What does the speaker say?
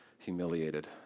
humiliated